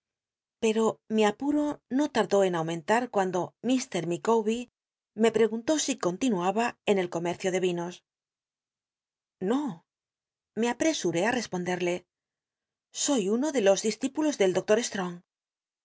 pero rili apuro no lardó en aumentar cuando mr micawber me preguntó si continuaba en el comercio de vinos no me apresuré i responderle soy uno de los discípulos del